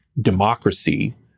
democracy